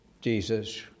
Jesus